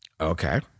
Okay